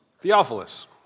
Theophilus